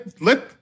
let